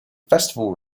festival